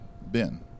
Ben